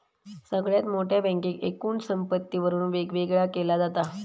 सगळ्यात मोठ्या बँकेक एकूण संपत्तीवरून वेगवेगळा केला जाता